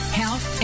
health